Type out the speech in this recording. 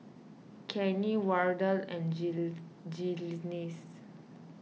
Kenny Wardell and Gly nis